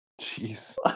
Jeez